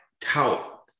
tout